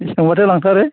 बेसेबांबाथो लांथारो